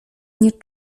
nie